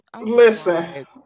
listen